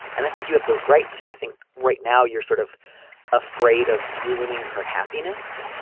and i think you have the right to i think right now you're sort of afraid of ruining her happiness.